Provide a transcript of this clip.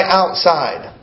outside